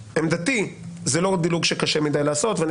עמדתי היא שזה לא דילוג שקשה מדי לעשות ואני